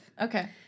Okay